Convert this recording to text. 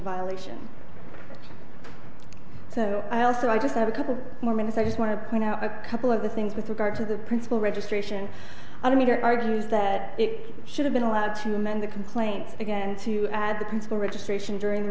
violation so i also i just have a couple more minutes i just want to point out a couple of the things with regard to the principal registration on a meter argues that it should have been allowed to amend the complaints again to add the principle registration during the